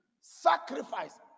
sacrifice